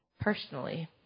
personally